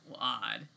odd